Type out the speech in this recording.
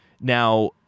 now